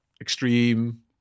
extreme